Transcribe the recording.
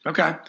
Okay